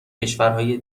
کشورهای